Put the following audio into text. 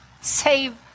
save